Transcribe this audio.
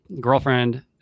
girlfriend